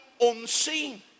unseen